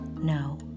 no